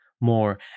more